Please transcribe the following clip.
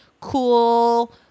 cool